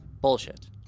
Bullshit